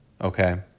okay